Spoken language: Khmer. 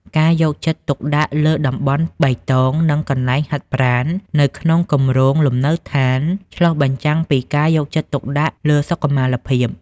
ការយកចិត្តទុកដាក់លើ "តំបន់បៃតង" និង "កន្លែងហាត់ប្រាណ" នៅក្នុងគម្រោងលំនៅឋាន ឆ្លុះបញ្ចាំងពីការយកចិត្តទុកដាក់លើសុខុមាលភាព។